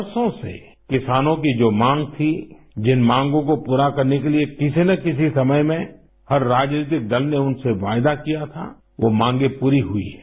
बरसों से किसानों की जो माँग थी जिन मांगो को पूरा करने के लिए किसी न किसी समय में हर राजनीतिक दल ने उनसे वायदा किया था वो मांगे पूरी हुई हैं